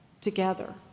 together